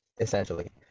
essentially